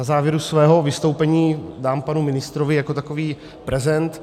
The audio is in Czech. Na závěru svého vystoupení ji dám panu ministrovi jako takový prezent.